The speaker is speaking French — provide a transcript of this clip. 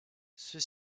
ceux